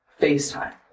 FaceTime